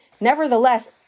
Nevertheless